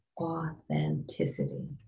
authenticity